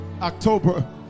October